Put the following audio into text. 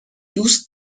دوست